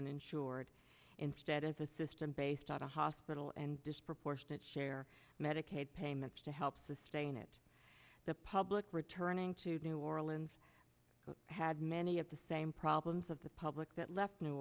uninsured instead of a system based on a hospital and disproportionate share medicaid payments to help sustain it the public returning to new orleans had many of the same problems of the public that left new